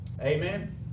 Amen